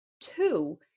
two